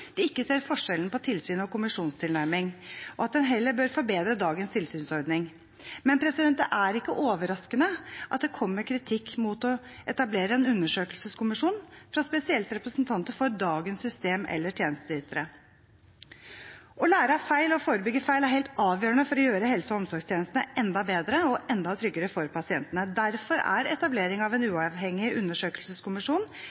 de ikke ser forskjellen på tilsyn og kommisjonstilnærming, og at en heller bør forbedre dagens tilsynsordning. Men det er ikke overraskende at det kommer kritikk mot å etablere en undersøkelseskommisjon fra spesielt representanter for dagens system eller tjenesteytere. Å lære av feil og forebygge feil er helt avgjørende for å gjøre helse- og omsorgstjenestene enda bedre og enda tryggere for pasientene. Derfor er etablering av en